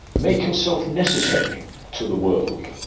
make yourself necessary to the world,